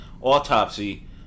autopsy